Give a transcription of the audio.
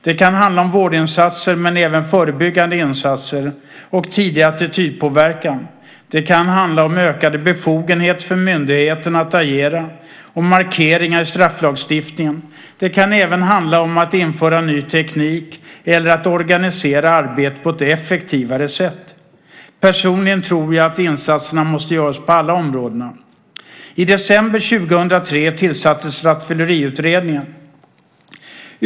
Det kan handla om vårdinsatser men även förebyggande insatser och tidig attitydpåverkan. Det kan handla om ökade befogenheter för myndigheter att agera och markeringar i strafflagstiftningen. Det kan även handla om att införa ny teknik eller att organisera arbetet på ett effektivare sätt. Personligen tror jag att insatserna måste göras på alla de områdena. I december 2003 tillsattes Rattfylleriutredningen.